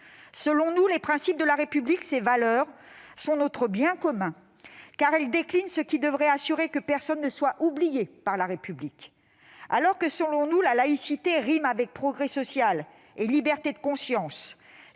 Selon nous, les principes de la République- ses valeurs -sont notre bien commun, car ils déclinent ce qui devrait assurer que personne ne soit oublié par elle. Alors que, selon nous, laïcité rime avec progrès social et liberté de conscience,